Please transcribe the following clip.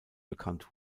bekannt